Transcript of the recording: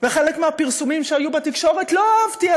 חלק מהפרסומים שהיו בתקשורת לא אהבתי,